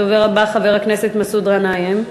הדובר הבא, חבר הכנסת מסעוד גנאים,